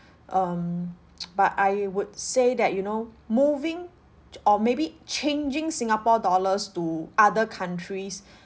um but I would say that you know moving ch~ or maybe changing singapore dollars to other countries